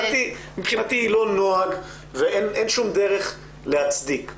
מבחינתי היא לא נוהג ואין שום דרך להצדיק אותה.